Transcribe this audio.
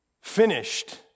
finished